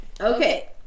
Okay